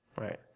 right